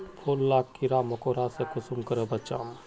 फूल लाक कीड़ा मकोड़ा से कुंसम करे बचाम?